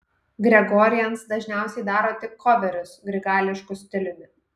gregorians dažniausiai daro tik koverius grigališku stiliumi